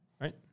Right